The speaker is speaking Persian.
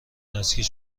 دستگیر